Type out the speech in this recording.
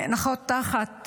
נאנקות תחת